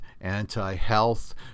anti-health